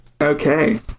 Okay